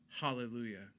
hallelujah